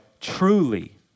truly